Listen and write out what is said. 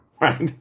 Right